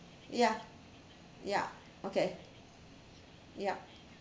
ya ya okay yup